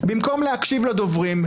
במקום להקשיב לדוברים,